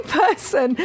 person